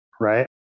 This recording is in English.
right